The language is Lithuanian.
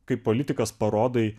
kaip politikas parodai